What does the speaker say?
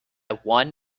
won